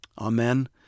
Amen